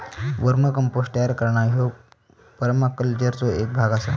वर्म compost तयार करणा ह्यो परमाकल्चरचो एक भाग आसा